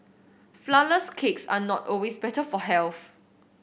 flourless cakes are not always better for health